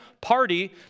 party